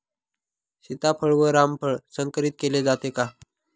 सीताफळ व रामफळ संकरित केले जाते का?